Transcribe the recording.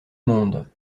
monde